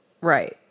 Right